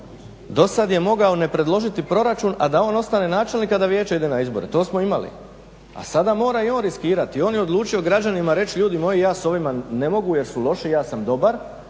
do sada je mogao ne predložiti proračun a da on ostane načelnik a da vijeće ide na izbore. To smo imali. A sada mora i on riskirati, on je odlučio građanima reći, ljudi moji ja sa ovima ne mogu jer su loši, ja sam dobar